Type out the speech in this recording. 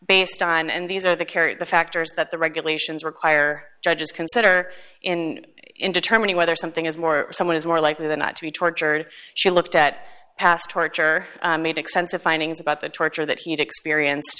based on and these are the carried the factors that the regulations require judges consider in in determining whether something is more someone is more likely than not to be tortured she looked at past torture made extensive findings about the torture that he had experience